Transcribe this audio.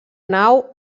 nau